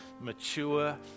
mature